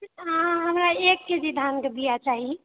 अहाँ हमरा एक के जी धानके बिआ चाही